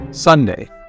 Sunday